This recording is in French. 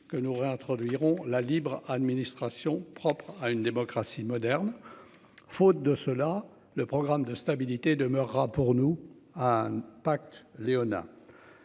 que nous réintroduire on la libre administration propre à une démocratie moderne. Faute de cela le programme de stabilité demeurera pour nous à un pacte léonin.